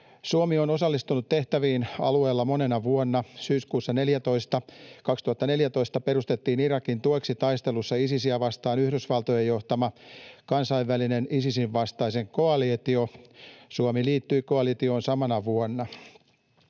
Suomi on osallistunut tehtäviin alueella monena vuonna. Syyskuussa 2014 perustettiin Irakin tueksi taistelussa Isisiä vastaan Yhdysvaltojen johtama kansainvälinen Isisin vastainen koalitio. Suomi liittyi koalitioon samana vuonna.